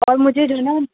اور مجھے جو ہے نا